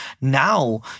Now